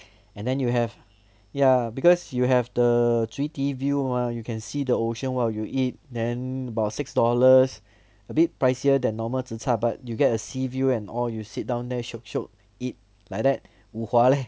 and then you have ya because you have the zui di view mah you can see the ocean while you eat then about six dollars a bit pricier than normal zi char but you get a seaview and all you sit down there shiok shiok eat like that wu hua leh